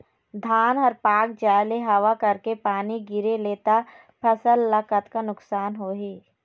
धान हर पाक जाय ले हवा करके पानी गिरे ले त फसल ला कतका नुकसान होही?